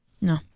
No